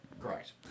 Correct